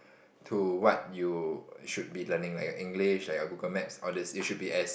to what you should be learning like your English like your Google Maps all these you should as